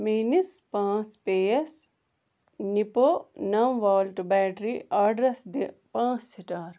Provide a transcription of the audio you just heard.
میٛٲنِس پانٛژھ پےیَس نِپَو نَو والٹہٕ بیٹری آرڈرَس دِ پانٛژھ سِٹار